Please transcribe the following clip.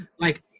like,